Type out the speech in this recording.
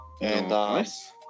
Nice